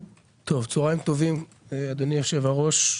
טוב, צהריים טובים אדוני יושב הראש.